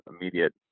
immediate